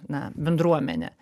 na bendruomenę